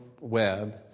web